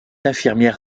infirmière